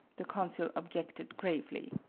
the consul objected gravely.